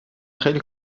خیلی